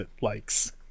likes